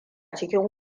cikin